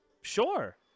Sure